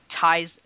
ties